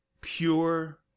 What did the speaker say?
pure